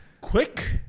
Quick